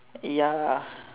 ya